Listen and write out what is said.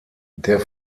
der